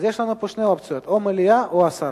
יש לנו שתי אופציות: או מליאה או הסרה.